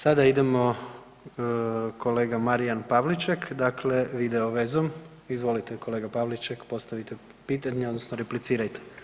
Sada idemo kolega Marijan Pavliček, dakle video vezom, izvolite kolega Pavliček, postavite pitanje odnosno replicirajte.